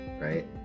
right